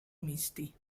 misti